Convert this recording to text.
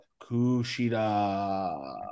Kushida